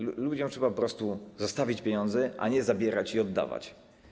Ludziom trzeba po prostu zostawić pieniądze, a nie zabierać i oddawać.